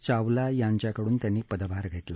चावला यांच्याकडून त्यांनी पदभार घेतला